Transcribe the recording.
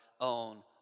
own